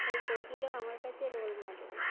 এই কোকিলও আমার কাছে রোল মডেল